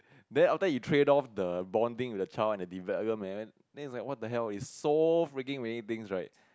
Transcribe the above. then after that you trade off the bonding with the child and the development then it's like what the hell it's so many freaking things right